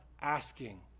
asking